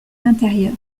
l’intérieur